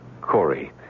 Corey